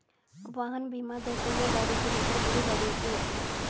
वाहन बीमा दोपहिया गाड़ी से लेकर बड़ी गाड़ियों की होती है